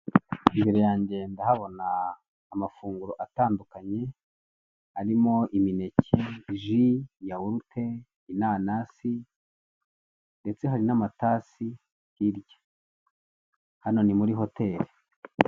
Imbere yanjye ndahabona amafunguro atandukanye arimo imineke, ji, yahulute, inanasi, ndetse hari n'amatasi hirya. Hano ni muri hoteli.